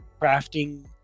crafting